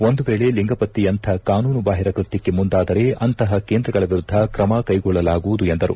ಒಂದು ವೇಳೆ ಲಿಂಗಪತ್ತೆಯಂಥ ಕಾನೂನು ಬಾಹಿರ ಕೃತ್ಯಕ್ಕೆ ಮುಂದಾದರೆ ಅಂಥ ಕೇಂದ್ರಗಳ ವಿರುದ್ಧ ತ್ರಮ ಕೈಗೊಳ್ಳಲಾಗುವುದು ಎಂದರು